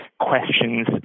questions